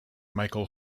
michael